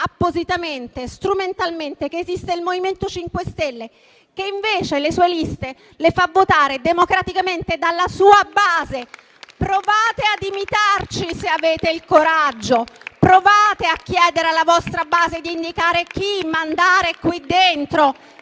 appositamente e strumentalmente che esiste il MoVimento 5 Stelle, che invece le sue liste le fa votare democraticamente dalla sua base. Provate ad imitarci, se avete il coraggio Provate a chiedere alla vostra base di indicare chi mandare qui dentro